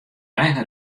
eigen